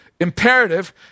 imperative